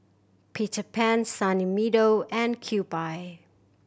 Peter Pan Sunny Meadow and Kewpie